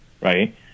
right